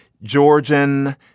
Georgian